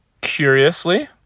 curiously